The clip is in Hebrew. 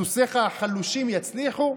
אז סוסיך החלושים יצליחו?